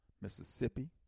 Mississippi